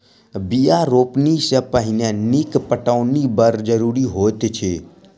बीया रोपनी सॅ पहिने नीक पटौनी बड़ जरूरी होइत अछि